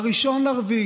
ב-1 באפריל